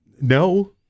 no